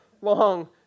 long